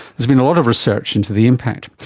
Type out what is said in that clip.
there's been a lot of research into the impact.